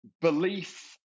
belief